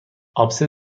آبسه